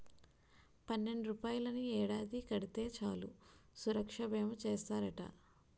పన్నెండు రూపాయలని ఏడాది కడితే చాలు సురక్షా బీమా చేస్తారట